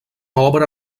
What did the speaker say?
obra